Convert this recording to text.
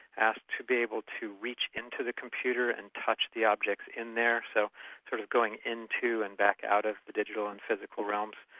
asked to be able to reach into the computer and touch the objects in there, so instead sort of going into and back out of the digital and physical realms,